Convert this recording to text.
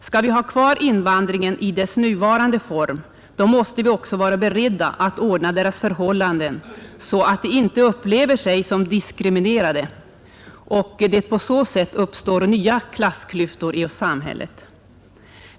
Skall vi har kvar invandringen i dess nuvarande form, då måste vi också vara beredda att ordna invandrarnas förhållanden så att de inte upplever sig som diskriminerade och det på så sätt uppstår nya klassklyftor i samhället.